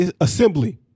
assembly